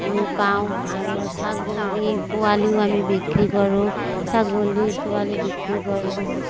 পাওঁ আৰু ছাগলী পোৱালীও আমি বিক্ৰী কৰোঁ ছাগলী পোৱালী বিক্ৰী কৰোঁ